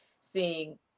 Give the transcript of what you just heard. seeing